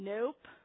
Nope